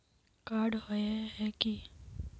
Card होय है की?